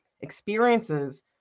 experiences